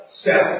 Self